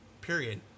Period